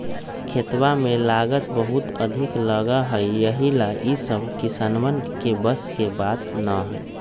खेतवा में लागत बहुत अधिक लगा हई यही ला ई सब किसनवन के बस के बात ना हई